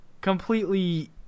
completely